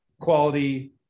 quality